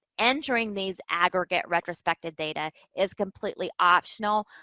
entering these aggregate retrospective data is completely optional.